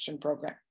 Program